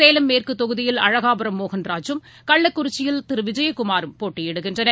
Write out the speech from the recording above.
சேலம் மேற்குதொகுதியில் அழகாபுரம் மோகன் ராஜூம் கள்ளக்குறிச்சியில் திருவிஜயகுமாரும் போட்டியிடுகின்றனர்